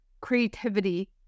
creativity